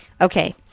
Okay